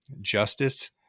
justice